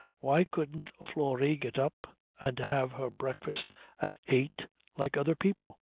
why couldn't florrie get up and have her breakfast at eight like other people?